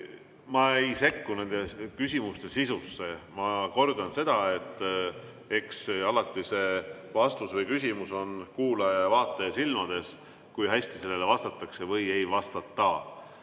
Ma ei sekku nende küsimuste sisusse. Ma kordan seda, et eks alati see vastus või küsimus on kuulaja-vaataja silmades, kui hästi sellele vastatakse või ei vastata.